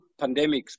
pandemics